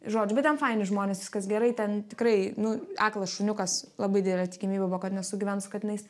žodžiu bet ten faini žmonės viskas gerai ten tikrai nu aklas šuniukas labai didelė tikimybė buvo kad nesugyvens su katinais